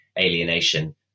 alienation